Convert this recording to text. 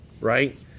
right